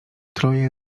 troje